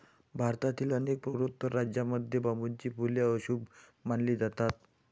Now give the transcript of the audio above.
भारतातील अनेक पूर्वोत्तर राज्यांमध्ये बांबूची फुले अशुभ मानली जातात